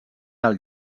del